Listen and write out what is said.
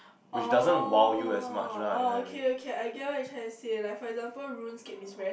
oh oh okay okay I get what you trying to say like for example runescape is very